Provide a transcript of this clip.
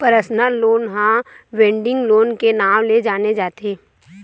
personal loan ल wedding loan के नांव ले जाने जाथे